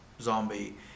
zombie